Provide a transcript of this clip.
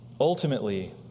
Ultimately